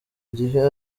gihe